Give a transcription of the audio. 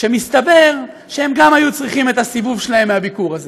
שמסתבר שהם גם היו צריכים את הסיבוב שלהם מהביקור הזה,